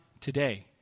today